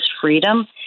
freedom